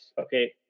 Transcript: okay